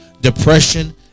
depression